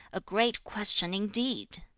a great question indeed!